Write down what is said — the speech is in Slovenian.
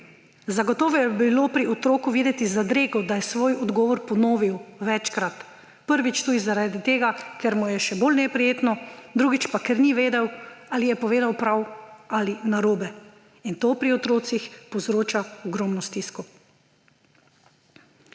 Zagotovo je bilo pri otroku videti zadrego, da je svoj odgovor ponovil večkrat, prvič tudi zaradi tega, ker mu je še bolj neprijetno, drugič pa, ker ni vedel, ali je povedal prav ali narobe, in to pri otrocih povzroča ogromno stisko.«